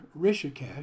Rishikesh